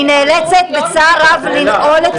אני נאלצת בצער רב לנעול את